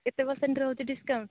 କେତେ ପର୍ସେଣ୍ଟ୍ ରହୁଛି ଡିସକାଉଣ୍ଟ୍